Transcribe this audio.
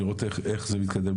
לראות איך זה מתקדם,